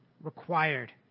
required